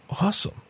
Awesome